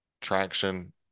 traction